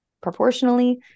proportionally